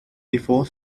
before